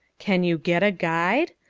can you get a guide?